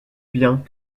biens